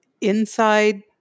inside